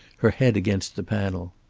her head against the panel.